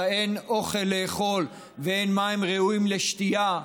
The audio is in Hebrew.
אין אוכל לאכול ואין מים ראויים לשתייה,